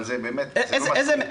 אבל זה באמת לא מצחיק בכלל.